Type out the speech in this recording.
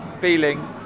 feeling